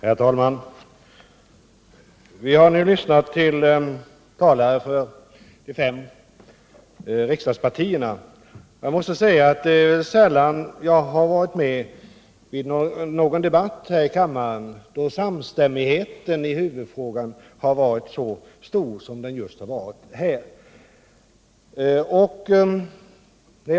Herr talman! Vi har nu lyssnat till talare från de fem riksdagspartierna. Jag måste säga att det är sällan jag hört någon debatt här i kammaren då samstämmigheten i huvudfrågan varit så stor som här.